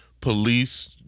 police